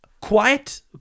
quiet